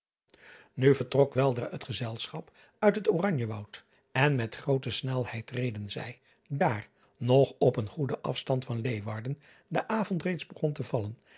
u vertrok weldra het gezelschap uit het ranje woud en met groote snelheid reden zij daar nog op een goeden afstand van eeuwarden de avond reeds begon te vallen